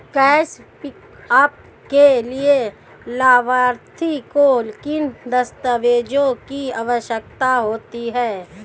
Cash pickup के लिए लाभार्थी को किन दस्तावेजों की आवश्यकता होगी?